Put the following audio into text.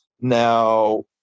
Now